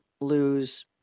lose